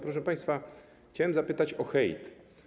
Proszę państwa, chciałem zapytać o hejt.